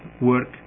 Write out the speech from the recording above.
work